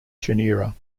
genera